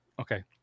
okay